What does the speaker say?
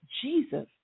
Jesus